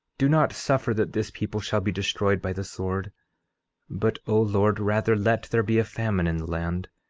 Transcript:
do not suffer that this people shall be destroyed by the sword but o lord, rather let there be a famine in the land,